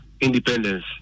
independence